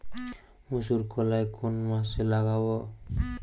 মুসুরকলাই কোন মাসে লাগাব?